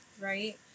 right